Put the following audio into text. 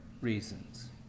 reasons